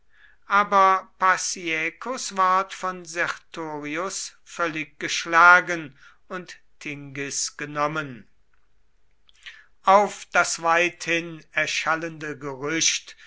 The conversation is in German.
aber pacciaecus ward von sertorius völlig geschlagen und tingis genommen auf das weithin erschallende gerücht